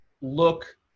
look